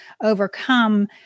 overcome